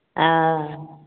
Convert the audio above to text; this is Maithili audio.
आ